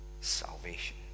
salvation